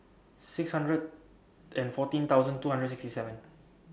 six hundred and fourteen thousand two hundred sixty seven